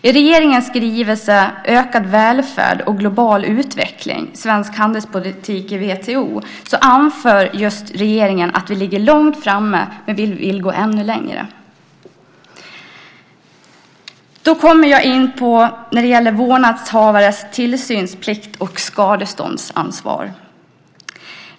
I regeringens skrivelse Ökad välfärd och global utveckling - svensk handelspolitik i WTO:s Doharunda anför just regeringen att vi ligger långt framme men att vi vill gå ännu längre. Jag kommer därefter in på frågan om vårdnadshavares tillsynsplikt och skadeståndsansvar.